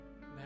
Now